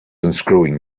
unscrewing